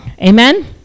Amen